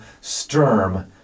Sturm